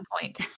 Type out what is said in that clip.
point